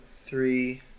three